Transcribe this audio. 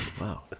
Wow